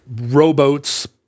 rowboats